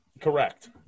Correct